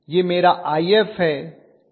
यह मेरा If है